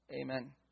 Amen